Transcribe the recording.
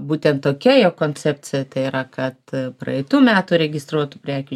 būtent tokia jo koncepcija tai yra kad praeitų metų registruotų prekių